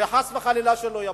שחס וחלילה לא יבואו.